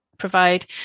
provide